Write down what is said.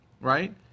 Right